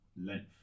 length